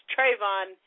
Trayvon